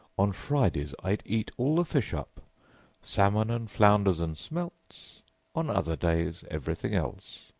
on fridays i'd eat all the fish up salmon and flounders and smelts on other days everything else.